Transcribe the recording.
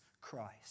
Christ